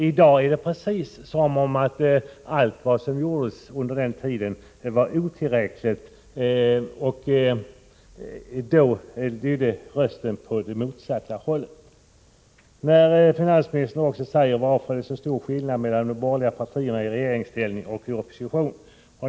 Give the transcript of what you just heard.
I dag är det precis som om allt som gjordes under den tiden var otillräckligt. Finansministern frågar varför det är så stor skillnad mellan de borgerliga partierna i regeringsställning och i opposition.